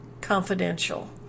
confidential